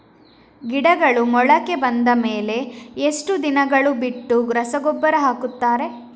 ಗಿಡಗಳು ಮೊಳಕೆ ಬಂದ ಮೇಲೆ ಎಷ್ಟು ದಿನಗಳು ಬಿಟ್ಟು ರಸಗೊಬ್ಬರ ಹಾಕುತ್ತಾರೆ?